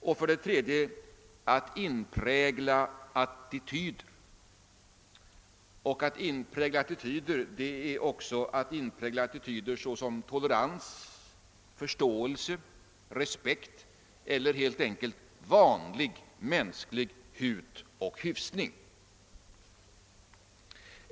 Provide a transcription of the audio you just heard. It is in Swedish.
— och för det tredje att inprägla attityder, d.v.s. också attityder såsom tolerans, förståelse, respekt — eller helt enkelt vanlig mänsklig hut och hyfsning.